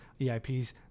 EIPs